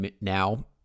now